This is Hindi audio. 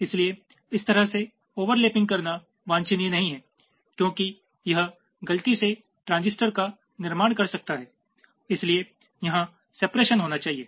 इसलिए इस तरह से ओवरलैपिंग करना वांछनीय नहीं है क्योंकि यह गलती से ट्रांजिस्टर का निर्माण कर सकता है इसलिए यहां सेपरेशन होना चाहिए